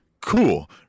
cool